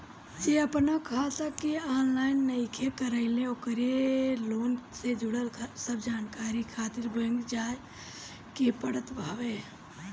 जे आपन खाता के ऑनलाइन नइखे कईले ओके लोन से जुड़ल सब जानकारी खातिर बैंक जाए के पड़त हवे